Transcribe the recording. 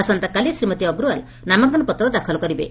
ଆସନ୍ତାକାଲି ଶ୍ରୀମତୀ ଅଗ୍ରଓାଲ ନାମାଙ୍କନପତ୍ର ଦାଖଲ କରିବେ